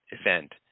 event